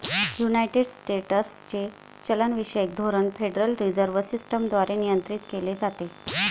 United स्टेट्सचे चलनविषयक धोरण फेडरल रिझर्व्ह सिस्टम द्वारे नियंत्रित केले जाते